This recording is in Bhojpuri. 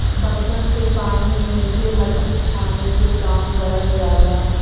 बर्तन से पानी में से मछरी छाने के काम करल जाला